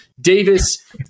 Davis